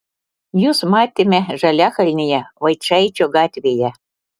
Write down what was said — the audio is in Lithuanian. jus matėme žaliakalnyje vaičaičio gatvėje